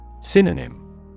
Synonym